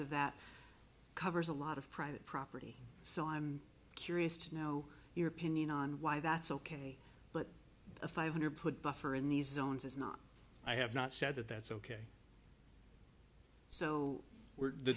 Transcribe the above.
of that covers a lot of private property so i'm curious to know your opinion on why that's ok but a five hundred put buffer in the zones is not i have not said that that's ok so we're the